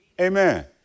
Amen